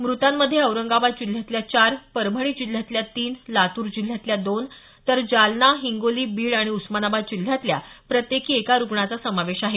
मृतांमध्ये औरंगाबाद जिल्ह्यातल्या चार परभणी जिल्ह्यातल्या तीन लातूर जिल्ह्यातल्या दोन तर जालना हिंगोली बीड आणि उस्मानाबाद जिल्ह्यातल्या प्रत्येकी एका रुग्णाचा समावेश आहे